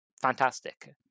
fantastic